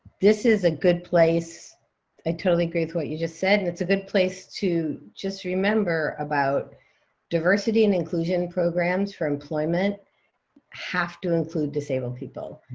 this is a good place i totally agree with what you just said, and it's a good place to just remember about diversity and inclusion programs for employment have to include disabled people.